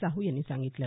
साह यांनी सांगितलं